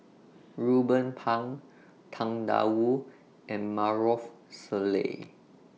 Ruben Pang Tang DA Wu and Maarof Salleh